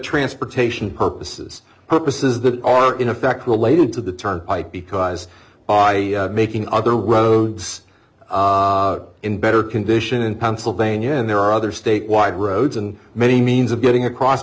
transportation purposes purposes that are in effect will ladled to the turnpike because by making other roads in better condition in pennsylvania and there are other state wide roads and many means of getting across